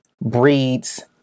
breeds